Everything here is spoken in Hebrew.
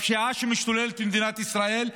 בפשיעה שמשתוללת במדינת ישראל,